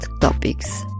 topics